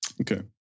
Okay